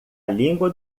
língua